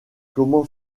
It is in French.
comment